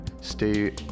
stay